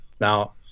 now